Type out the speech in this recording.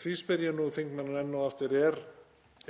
Því spyr ég þingmanninn enn og aftur: